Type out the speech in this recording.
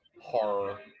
horror